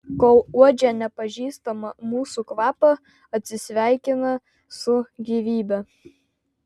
kol uodžia nepažįstamą mūsų kvapą atsisveikina su gyvybe